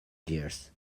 dears